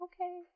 Okay